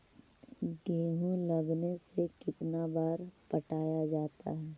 गेहूं लगने से कितना बार पटाया जाता है?